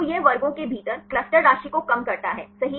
तो यह वर्गों के भीतर क्लस्टर राशि को कम करता है सही